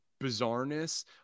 bizarreness